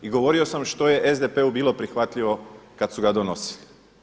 I govorio sam što je SDP-u bilo prihvatljivo kada su ga donosili.